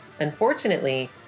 Unfortunately